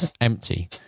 empty